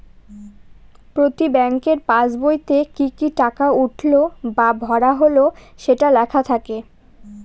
প্রতি ব্যাঙ্কের পাসবইতে কি কি টাকা উঠলো বা ভরা হল সেটা লেখা থাকে